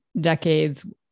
decades